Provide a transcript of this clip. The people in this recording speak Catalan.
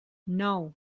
nou